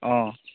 অঁ